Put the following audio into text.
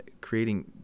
creating